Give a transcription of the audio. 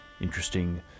Interesting